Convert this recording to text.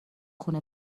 خونه